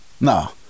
No